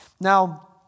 Now